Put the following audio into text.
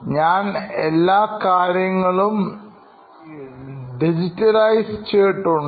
ഞാൻ എല്ലാ കാര്യങ്ങളും ഡിജിറ്റലൈസ് ചെയ്തിട്ടുണ്ട്